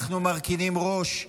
אנחנו מרכינים ראש.